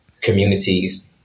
communities